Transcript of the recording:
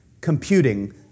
computing